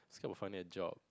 it's not a funny joke